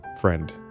friend